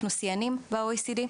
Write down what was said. אנחנו שיאנים ב-OECD,